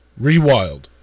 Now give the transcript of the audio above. Rewild